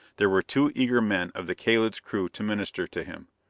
there were two eager men of the kalid's crew to minister to him.